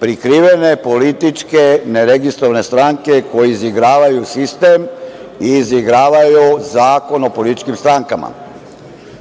prikrivene političke neregistrovane stranke koje izigravaju sistem, i izigravaju zakon o političkim strankama,